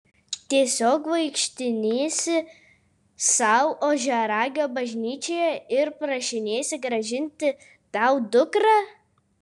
tiesiog vaikštinėsi sau ožiaragio bažnyčioje ir prašinėsi grąžinti tau dukrą